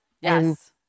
Yes